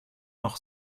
noch